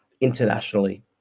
internationally